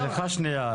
סליחה שנייה.